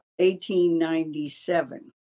1897